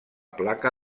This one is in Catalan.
placa